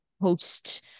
host